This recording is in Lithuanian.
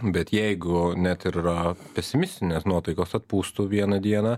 bet jeigu net ir yra pesimistinės nuotaikos atpūstų vieną dieną